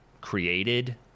created